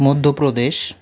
Madhya Pradesh